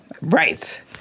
Right